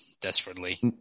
desperately